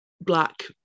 black